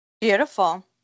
Beautiful